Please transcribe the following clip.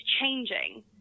changing